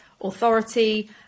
authority